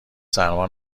سرما